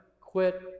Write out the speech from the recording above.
quit